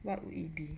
what would it be